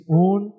own